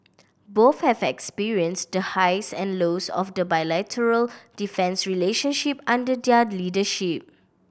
both have experienced the highs and lows of the bilateral defence relationship under their leadership